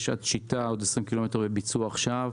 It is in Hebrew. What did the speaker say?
עד שיטה יש עוד 20 קילומטר לביצוע עכשיו,